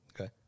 Okay